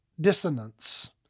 dissonance